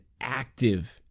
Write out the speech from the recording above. active